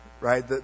right